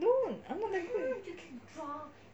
don't I'm not very good in